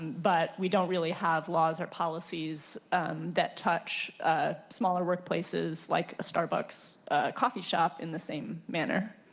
but we don't really have laws or policies that touch smaller workplaces like a starbucks coffee shop in the same manner.